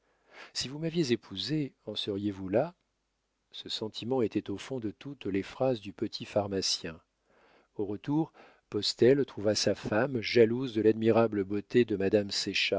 si vous m'aviez épousée en seriez-vous là ce sentiment était au fond de toutes les phrases du petit pharmacien au retour postel trouva sa femme jalouse de l'admirable beauté de madame